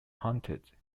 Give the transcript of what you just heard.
haunted